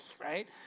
right